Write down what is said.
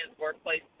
workplace